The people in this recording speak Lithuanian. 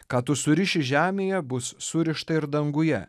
ką tu suriši žemėje bus surišta ir danguje